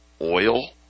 oil